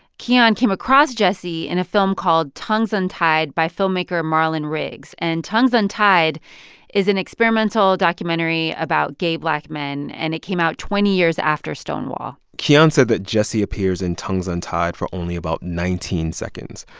kiyan came across jesse in a film called tongues untied by filmmaker marlon riggs. and tongues untied is an experimental documentary about gay black men. and it came out twenty years after stonewall kiyan said that jesse appears in tongues untied for only about nineteen seconds.